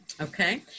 Okay